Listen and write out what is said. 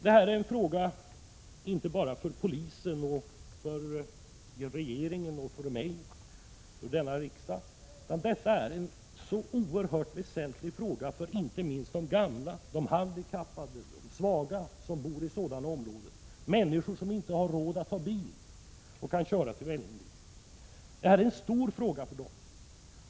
Detta är en fråga inte bara för polisen, för regeringen, för riksdagen eller för mig, utan det är en oerhört väsentlig fråga för inte minst de gamla, de handikappade och de svaga som bor i sådana här områden — människor som inte har råd att ha bil och kan köra till Vällingby.